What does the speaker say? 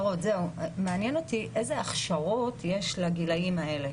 איזה הכשרות יש לגילאים האלה?